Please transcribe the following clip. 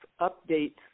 Updates